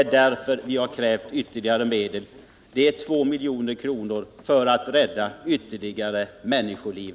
Vad det rör sig om, herr kommunikationsminister, är 2 milj.kr. för att rädda ytterligare människoliv.